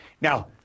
Now